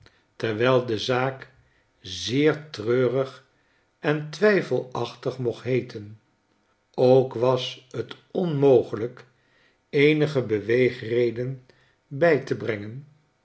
terwijl de zaak zeer treurig en twijfelachtig mocht heeten ook was t onmogelijk eenige beweegreden bij te brengen